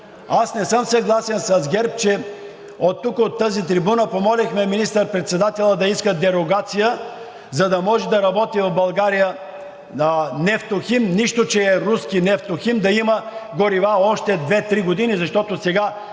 Аз не съм съгласен с ГЕРБ, че от тук, от тази трибуна помолихме министър-председателя да иска дерогация, за да може да работи в България „Нефтохим“, нищо че е руски „Нефтохим“, да има горива още две-три години, защото сега,